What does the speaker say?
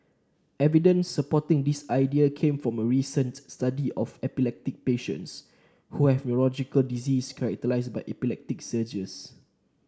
evidence supporting this idea came from a recent study of epileptic patients who have neurological disease characterised by epileptic seizures